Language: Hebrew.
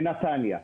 בנתניה.